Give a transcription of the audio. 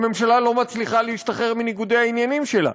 הממשלה לא מצליחה להשתחרר מניגודי העניינים שלה,